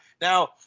Now